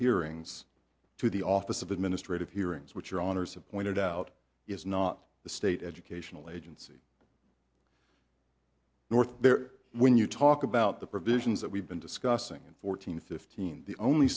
hearings to the office of administrative hearings which are on ours of pointed out is not the state educational agency north there when you talk about the provisions that we've been discussing in fourteen fifteen the only